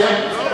כן.